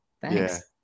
Thanks